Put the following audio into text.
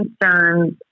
concerns